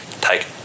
take